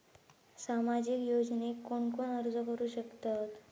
सामाजिक योजनेक कोण कोण अर्ज करू शकतत?